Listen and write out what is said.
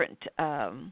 different